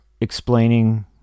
explaining